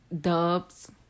dubs